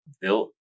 built